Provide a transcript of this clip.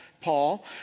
Paul